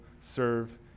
serve